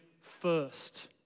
first